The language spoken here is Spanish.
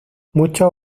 muchos